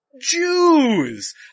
Jews